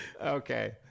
Okay